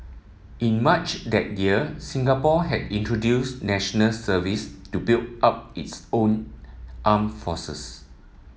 in March that year Singapore had introduced National Service to build up its own armed forces